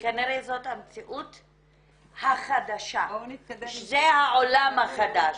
וכנראה שזאת המציאות החדשה, זה העולם החדש.